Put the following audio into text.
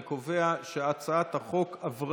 אני קובע שהצעת החוק עברה